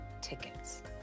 tickets